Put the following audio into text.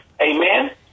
amen